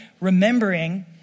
remembering